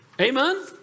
Amen